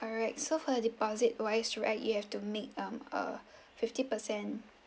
alright so for the deposit wise right you have to make um uh fifty percent